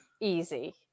Easy